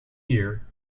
year